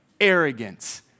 arrogance